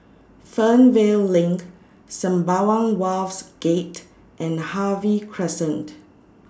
Fernvale LINK Sembawang Wharves Gate and Harvey Crescent